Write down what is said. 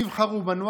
תבחרו בנו,